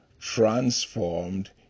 transformed